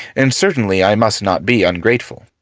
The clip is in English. and certainly i must not be ungrateful.